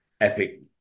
epic